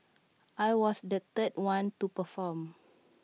I was the third one to perform